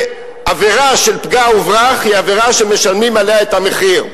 שעבירה של פגע וברח היא עבירה שמשלמים עליה את המחיר.